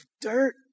dirt